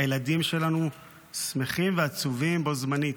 הילדים שלנו שמחים ועצובים בו זמנית.